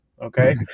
okay